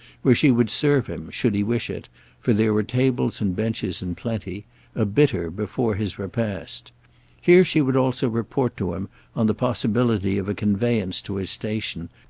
where she would serve him, should he wish it for there were tables and benches in plenty a bitter before his repast. here she would also report to him on the possibility of a conveyance to his station,